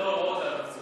לא הוראות, זה